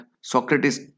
Socrates